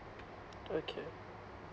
okay